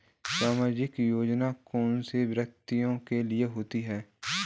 सामाजिक योजना कौन से व्यक्तियों के लिए होती है?